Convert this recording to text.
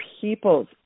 people's